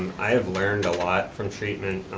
i have learned a lot from treatment,